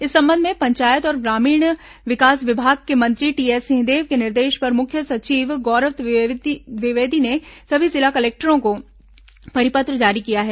इस संबंध में पंचायत और ग्रामीण विकास विभाग के मंत्री टीएस सिंहदेव के निर्देश पर प्रमुख सचिव गौरव द्विवेदी ने सभी जिला कलेक्टरों को परिपत्र जारी किया है